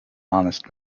honest